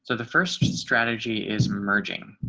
so the first strategy is merging.